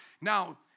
Now